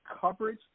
coverage